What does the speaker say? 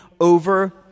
over